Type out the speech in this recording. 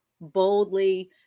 boldly